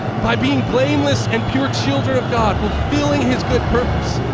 by being blameless and pure children of god, fulfilling his good purpose.